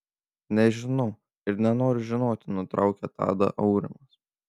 nežinau ir nenoriu žinoti nutraukė tadą aurimas